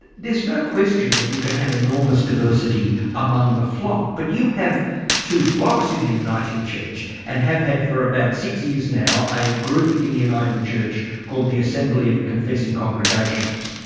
there's no question that you can have enormous diversity among the flock. but you have two flocks in the uniting church and have had for about six years now, a group in the uniting church called the assembly of confessing congregations.